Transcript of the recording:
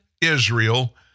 Israel